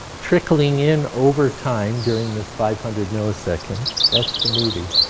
trickling in over time during this five hundred milliseconds that's the movie